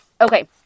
Okay